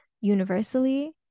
universally